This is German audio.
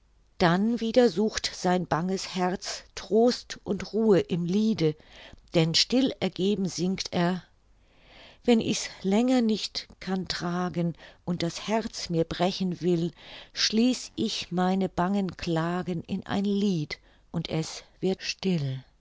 dann wieder sucht sein banges herz trost und ruhe im liede denn still ergeben singt er wenn ich's länger nicht kann tragen und das herz mir brechen will schließ ich meine bangen klagen in ein lied und es wird still